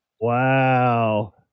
Wow